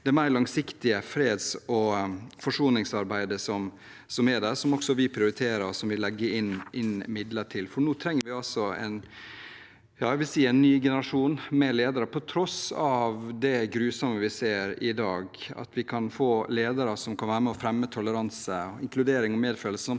det mer langsiktige freds- og forsoningsarbeidet som er der, som også vi prioriterer og legger inn midler til. Nå trenger vi, vil jeg si, en ny generasjon med ledere – på tross av det grusomme vi ser i dag – som kan være med på å fremme toleranse, inkludering og medfølelse,